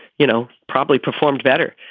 you know, probably performed better.